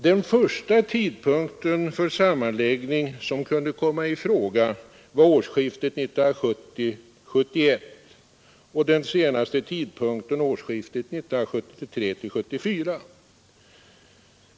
Den första tidpunkt för sammanläggning som kunde komma i fråga var årsskiftet 1970-1971 och den senaste tidpunkten årsskiftet 1973 1974.